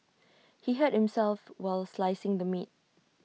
he hurt himself while slicing the meat